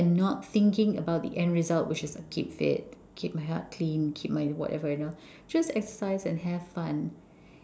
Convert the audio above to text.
and not thinking about the end result which is keep fit keep my heart clean keep my whatever you know just exercise and have fun